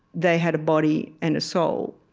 they had a body and a soul,